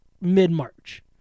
mid-March